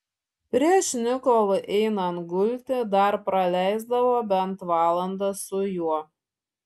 prieš nikolui einant gulti dar praleisdavo bent valandą su juo